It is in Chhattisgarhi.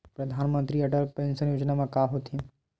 परधानमंतरी अटल पेंशन योजना मा का होथे?